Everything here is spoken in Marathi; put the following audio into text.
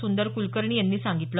सुंदर कुलकर्णी यांनी सांगितल